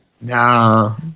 No